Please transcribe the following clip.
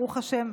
ברוך השם,